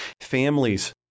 families